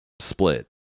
split